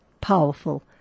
powerful